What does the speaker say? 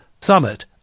summit